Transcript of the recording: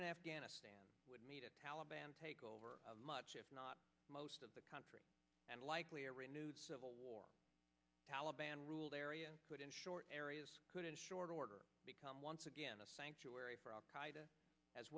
in afghanistan would meet a taliban takeover of much if not most of the country and likely a renewed civil war taliban rule the area put in short areas could in short order become once again a sanctuary for al